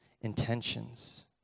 intentions